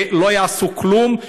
ולא יעשו כלום,